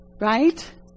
right